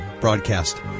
broadcast